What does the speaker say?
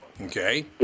Okay